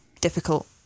difficult